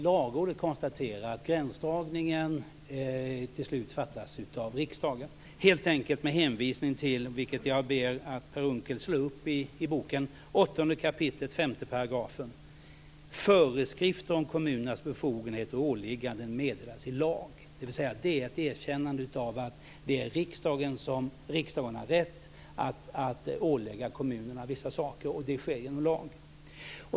Lagrådet konstaterar att gränsdragningen till slut avgörs av riksdagen, helt enkelt med hänvisning till - vilket jag ber Per Unckel slå upp i lagboken - 8 kap. 5 §, där det står att föreskrifter om kommunernas befogenheter och åligganden meddelas i lag. Det är ett erkännande av att riksdagen har rätt att ålägga kommunerna vissa saker, och det sker genom lag.